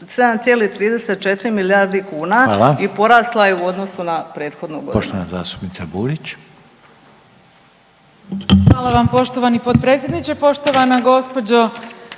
13,5 milijardi kuna u odnosu na prethodnu godinu